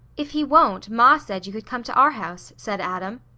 if he won't, ma said you could come to our house, said adam.